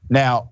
now